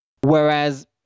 whereas